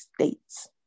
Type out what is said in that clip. states